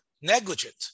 negligent